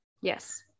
Yes